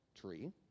tree